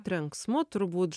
trenksmu turbūt